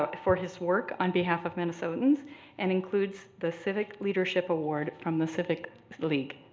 ah for his work on behalf of minnesotans and includes the civic leadership award from the civic league,